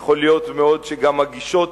ויכול להיות מאוד שגם הגישות